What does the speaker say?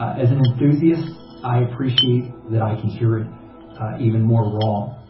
as an enthusiast i appreciate that i can hear it even more raw.